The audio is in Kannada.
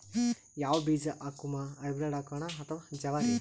ಯಾವ ಬೀಜ ಹಾಕುಮ, ಹೈಬ್ರಿಡ್ ಹಾಕೋಣ ಅಥವಾ ಜವಾರಿ?